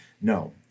No